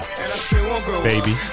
Baby